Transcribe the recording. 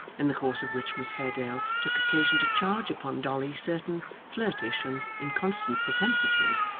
in the course of which miss haredale took occasion to charge upon dolly certain flirtish and inconstant propensities,